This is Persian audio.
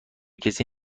کسی